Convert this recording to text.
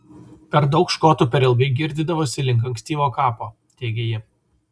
per daug škotų per ilgai girdydavosi link ankstyvo kapo teigė ji